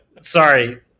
sorry